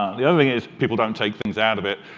um the other thing is, people don't take things out of it.